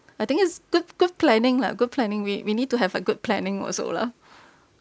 I think it's good good planning lah good planning we we need to have a good planning also lah